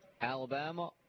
Alabama